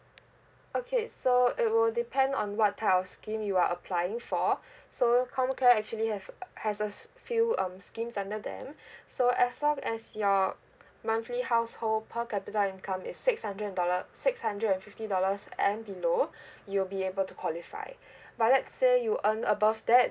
okay so it will depend on what type of scheme you are applying for so comcare actually have uh has a few um schemes under them so as long as your monthly household per capita income is six hundred dollar six hundred and fifty dollars and below you'll be able to qualify but let's say you earn above that